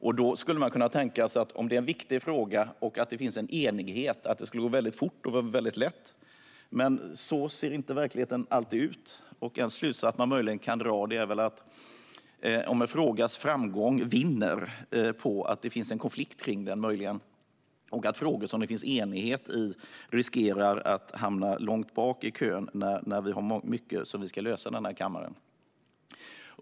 Om det är en viktig fråga, och om det finns enighet, skulle man kunna tänka sig att det skulle gå mycket fort och vara lätt att lösa den. Men så ser verkligheten inte alltid ut. En slutsats som man möjligen kan dra är att det går att nå större framgång i frågor om det finns en konflikt om dem och att frågor som det råder enighet om riskerar att hamna långt bak i kön när mycket ska lösas i denna kammare.